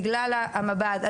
בגלל המב"ד.